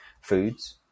foods –